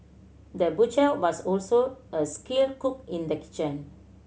the butcher was also a skilled cook in the kitchen